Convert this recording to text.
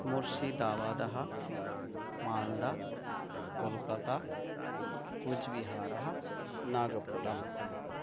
मुर्सिदावादाः माल्दा कोल्कता कुज्बिहाराः नागपुरम्